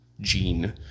gene